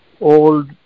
old